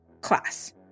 class